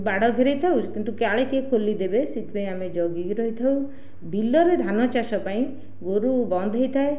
ବାଡ଼ ଘେରାଇଥାଉ କିନ୍ତୁ କାଳେ କିଏ ଖୋଲି ଦେବେ ସେହିଥିପାଇଁ ଆମେ ଜଗିକି ରହିଥାଉ ବିଲରେ ଧାନଚାଷ ପାଇଁ ଗୋରୁ ବନ୍ଦ ହୋଇଥାଏ